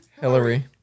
Hillary